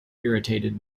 irritated